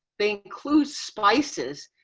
they include spices,